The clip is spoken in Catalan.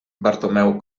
bartomeu